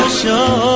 show